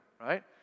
right